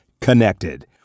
connected